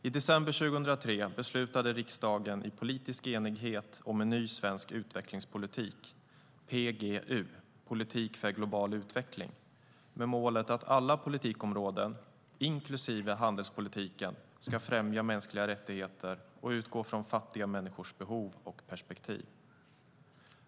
I december 2003 beslutade riksdagen i politisk enighet om en ny svensk utvecklingspolitik, PGU, politik för global utveckling, med målet att alla politikområden, inklusive handelspolitiken, ska främja mänskliga rättigheter och utgå från fattiga människors behov och perspektiv.